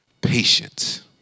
patience